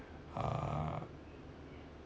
err